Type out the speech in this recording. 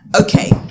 okay